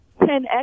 10x